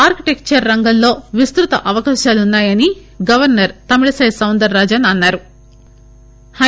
architecture రంగంలో విస్తత అవకాశాలు ఉన్నాయని గవర్సర్ తమిళిసై సౌందర రాజన్ అన్నారు